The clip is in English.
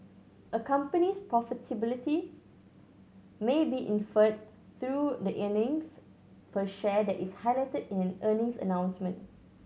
a company's profitability may be inferred through the earnings per share that is highlighted in an earnings announcement